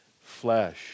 flesh